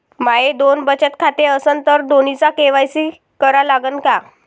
माये दोन बचत खाते असन तर दोन्हीचा के.वाय.सी करा लागन का?